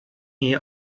iyi